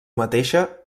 mateixa